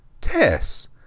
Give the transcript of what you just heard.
tess